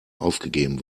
aufgegeben